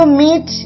meet